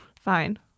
fine